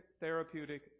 therapeutic